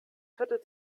viertel